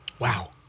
Wow